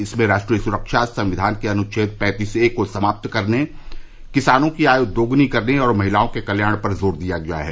इसमें राष्ट्रीय सुरक्षा संविधान के अनुच्छेद पैंतीस ए को समाप्त करने किसानों की आय दोगुनी करने और महिलाओं के कल्याण पर जोर दिया गया है